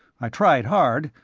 i tried hard,